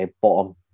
bottom